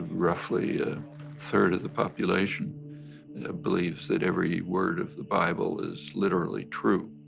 roughly a third of the population believes that every word of the bible is literally true.